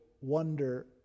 wonder